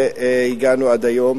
והגענו עד היום.